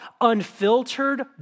unfiltered